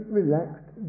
relaxed